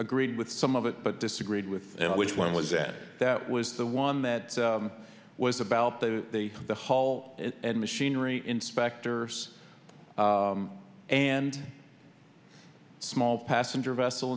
agreed with some of it but disagreed with and which one was and that was the one that was about the the hall and machinery inspectors and small passenger vessel